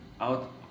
out